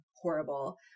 horrible